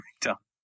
character